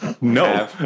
No